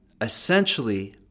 essentially